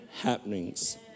happenings